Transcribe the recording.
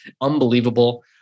Unbelievable